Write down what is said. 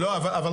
אני